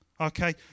okay